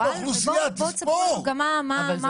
אז בואו תספרו לנו גם מה הולך אצלכם.